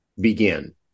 begin